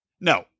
No